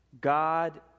God